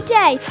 day